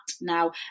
now